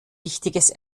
wichtiges